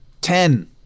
Ten